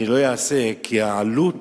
אני לא אעשה זאת, כי העלות